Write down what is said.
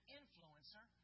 influencer